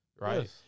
Right